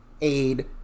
aid